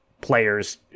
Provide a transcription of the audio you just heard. players